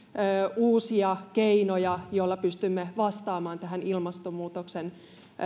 uusia keinoja joilla pystymme vastaamaan tähän ilmastonmuutoksen